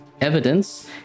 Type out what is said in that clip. Evidence